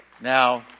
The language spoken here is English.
Now